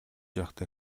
байхдаа